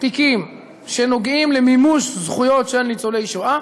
תיקים שנוגעים למימוש זכויות של ניצולי שואה,